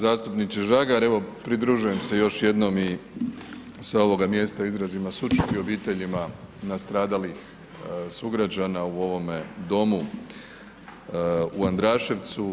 Zastupniče Žagar, evo pridružujem se još jednom i sa ovoga mjesta izrazima sućuti obiteljima nastradalih sugrađana u ovome Domu u Andraševcu.